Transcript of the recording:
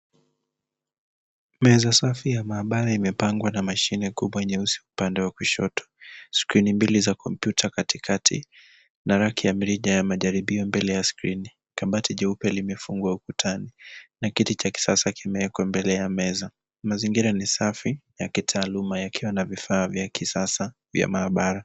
Meza safi ya maabara imepangwa na mashini kubwa nyeusi upande wa kushoto, skrini mbili za kompyuta katikati na raki ya mrija ya majaribio mbele ya skrini. Kabati jeupe limefungwa ukutani na kiti cha kisasa kimewekwa mbele ya meza. Mazingira ni safi ya kitaaluma yakiwa na vifaa vya kisasa vya maabara.